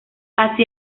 así